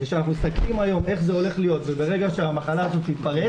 וכשאנחנו מסתכלים היום איך זה הולך להיות ברגע שהמחלה תתפרץ,